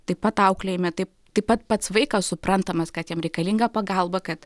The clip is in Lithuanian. taip pat auklėjime taip taip pat pats vaikas suprantamas kad jam reikalinga pagalba kad